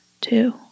two